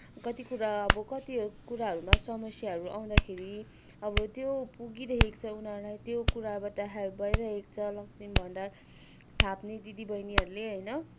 कति कुरा अब कति कुराहरूमा समस्याहरू आउँदाखेरि अब त्यो पुगिरहेको छ उनीहरूलाई त्यो कुराबाट हेल्प भइरहेको छ लक्ष्मी भण्डार थाप्ने दिदी बहिनीहरूले होइन